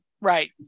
Right